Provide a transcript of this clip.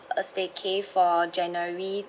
a staycay for january